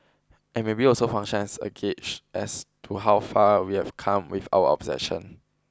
and maybe also function as a gauge as to how far we have come with our obsession